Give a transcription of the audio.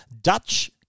Dutch